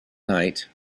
night